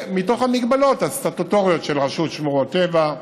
מתוך המגבלות הסטטוטוריות של רשות שמורות הטבע,